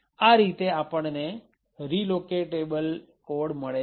આ રીતે આપણને રીલોકેટેબલ કોડ મળે છે